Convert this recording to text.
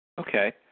Okay